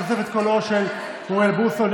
בתוספת קולו של אוריאל בוסו,